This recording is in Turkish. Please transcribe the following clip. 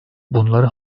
bunları